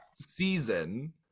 season